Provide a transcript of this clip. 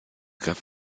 begriff